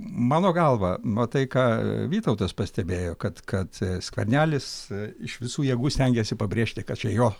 mano galva va tai ką vytautas pastebėjo kad kad skvernelis iš visų jėgų stengiasi pabrėžti kad čia jo